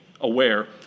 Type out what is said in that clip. aware